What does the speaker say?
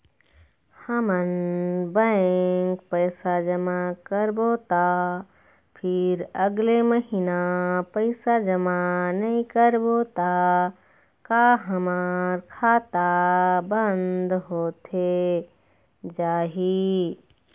हमन बैंक पैसा जमा करबो ता फिर अगले महीना पैसा जमा नई करबो ता का हमर खाता बंद होथे जाही?